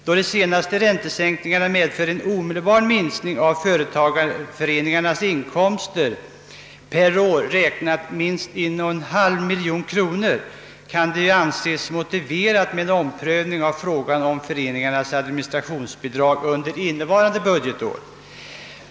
Då de senaste räntesänkningarna medför en omedelbar minskning av föreningarnas inkomster på per år räknat minst 1,5 miljon kronor kan det anses motiverat med en omprövning av frågan om föreningarnas administrationsbidrag under innevarande budgetår.